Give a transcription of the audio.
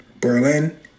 Berlin